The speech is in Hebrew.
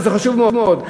וזה חשוב מאוד,